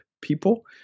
people